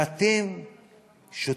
ואתם שותקים.